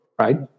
right